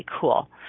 cool